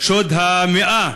שוד המאה,